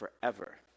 forever